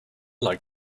like